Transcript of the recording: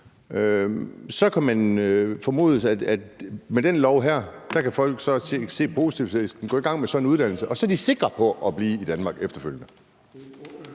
Så kan man formode, at med den her lov kan folk komme på en positivliste ved at gå i gang med sådan en uddannelse, og så er de sikre på at blive i Danmark efterfølgende?